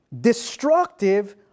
destructive